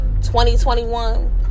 2021